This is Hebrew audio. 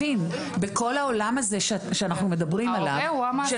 בכל העולם הזה שאנחנו מדברים עליו של